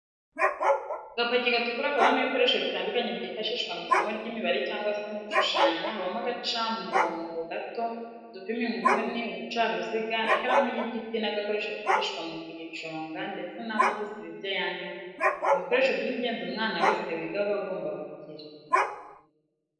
Agapaki gatukura kabamo ibikoresho bitandukanye byifashishwa mw'isomo ry'imibare cyangwa se mu gushushanya habamo agacamurobo gato, udupima inguni, uducaruziga ,ikaramu y'igiti n'agakoresho kifashishwa mu kuyiconga ndetse n'ako gusiba ibyo yanditse, ni ibikoresho by'ingenzi umwana wese wiga aba agomba kugira.